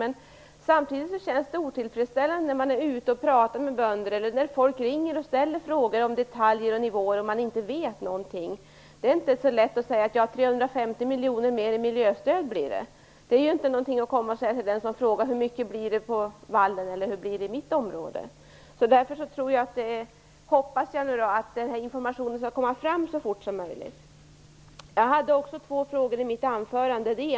Men det känns otillfredsställande när man är ute och pratar med bönder eller när folk ringer och ställer frågor om detaljer och nivåer och man inte vet någonting. Det är inte så lätt att säga att det blir 350 miljoner mer i miljöstöd. Det kan man inte komma och säga till en person som t.ex. frågar hur mycket det blir just på det egna området. Därför hoppas jag att den här informationen skall komma fram så fort som möjligt. Jag hade ett par frågor i mitt anförande.